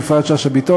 יפעת שאשא ביטון,